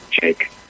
Jake